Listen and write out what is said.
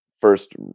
first